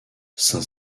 saint